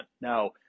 Now